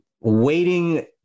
waiting